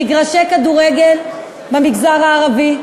מגרשי כדורגל במגזר הערבי,